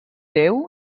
déu